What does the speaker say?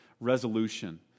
resolution